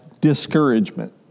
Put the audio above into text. discouragement